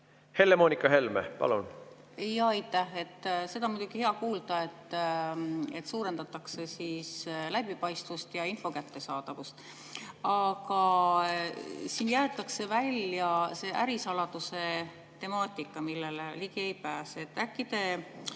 Helle-Moonika Helme, palun! Aitäh! Seda on muidugi hea kuulda, et suurendatakse läbipaistvust ja info kättesaadavust, aga siin jäetakse välja see ärisaladuse temaatika, millele ligi ei pääse.